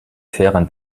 fairen